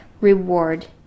reward